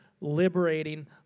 liberating